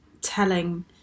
telling